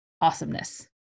awesomeness